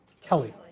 Kelly